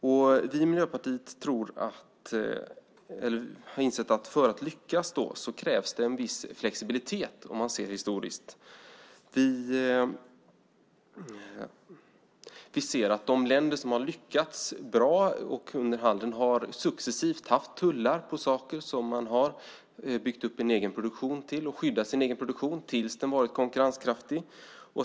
Vi i Miljöpartiet har insett att om man ser det historiskt krävs det en viss flexibilitet för att lyckas. De länder som har lyckats bra har successivt lagt tullar på saker som man har byggt upp en egen produktion av. Man har skyddat sin egen produktion tills den har varit konkurrenskraftig.